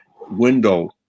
window